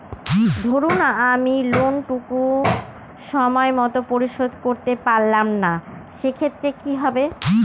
ধরুন আমি লোন টুকু সময় মত পরিশোধ করতে পারলাম না সেক্ষেত্রে কি হবে?